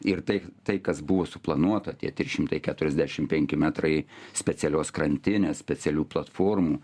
ir tai tai kas buvo suplanuota tie trys šimtai keturiasdešim penki metrai specialios krantinės specialių platformų